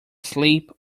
sleep